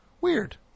Weird